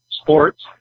sports